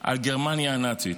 על גרמניה הנאצית.